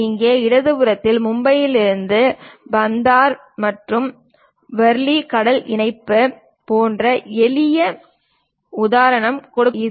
இங்கே இடது புறத்தில் மும்பையிலிருந்து பாந்த்ரா வொர்லி கடல் இணைப்பு போன்ற எளிய உதாரணம் காட்டப்பட்டுள்ளது